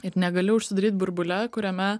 ir negali užsidaryt burbule kuriame